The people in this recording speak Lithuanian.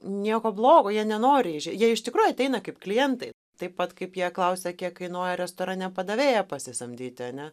nieko blogo jie nenori jie iš tikrųjų ateina kaip klientai taip pat kaip jie klausia kiek kainuoja restorane padavėja pasisamdyti ane